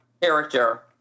character